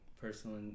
personal